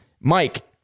Mike